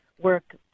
work